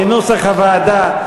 כנוסח הוועדה.